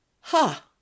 ha